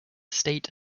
state